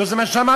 לא זה מה שאמרת,